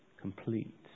complete